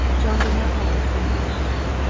jean did not like leave-takings.